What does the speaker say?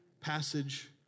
passage